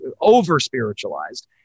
over-spiritualized